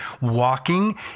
walking